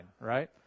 right